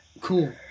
Cool